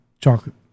chocolate